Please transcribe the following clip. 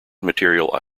material